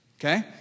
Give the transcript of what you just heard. okay